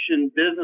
business